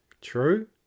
True